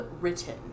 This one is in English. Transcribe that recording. written